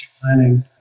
planning